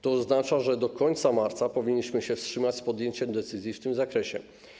To oznacza, że do końca marca powinniśmy się wstrzymać z podjęciem decyzji w tym zakresie.